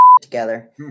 together